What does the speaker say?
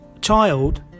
child